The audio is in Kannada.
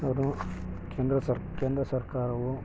ಅವನು ಕೇಂದ್ರ ಸರ್ ಕೇಂದ್ರ ಸರ್ಕಾರವು